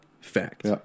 fact